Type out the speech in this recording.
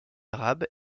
arabe